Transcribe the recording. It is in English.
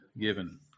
given